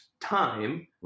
time